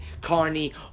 Carney